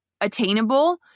Attainable